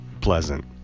pleasant